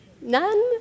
None